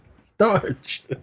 Starch